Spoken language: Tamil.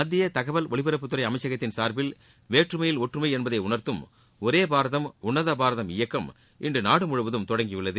மத்திய தகவல் ஒலிபரப்புத்துறை அமைச்சகத்தின் சார்பில் வேற்றமையில் ஒற்றுமை என்பதை உணர்த்தும் ஒரே பாரதம் உன்னத பாரதம்இயக்கம் இன்று நாடு முழுவதும் தொடங்கியுள்ளது